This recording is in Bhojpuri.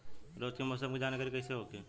रोज के मौसम के जानकारी कइसे होखि?